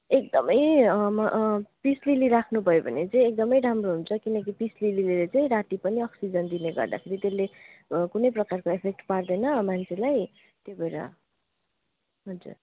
एकदमै peace lily राख्नुभयो भने चाहिँ एकदमै राम्रो हुन्छ किनकि पिस लिलीले चाहिँ राति पनि अक्सिजन दिने गर्दाखेरि त्यसले कुनै प्रकारको एफेक्ट पार्दैन मान्छेलाई त्यही भएर हजुर